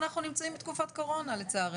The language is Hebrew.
אנחנו נמצאים בתקופת קורונה לצערנו.